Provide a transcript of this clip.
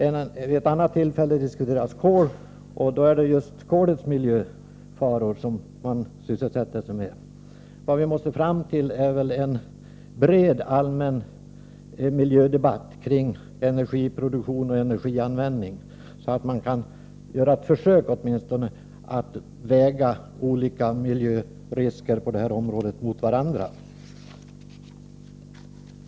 Vid ett annat tillfälle diskuteras kol, och då är det just kolets miljöfaror man sysselsätter sig med. Vad vi måste fram till är en bred allmän miljödebatt kring energiproduktion och energianvändning, så att man åtminstone kan försöka att väga olika miljörisker på det här området mot varandra.